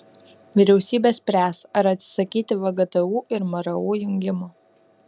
vyriausybė spręs ar atsisakyti vgtu ir mru jungimo